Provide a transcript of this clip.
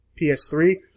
PS3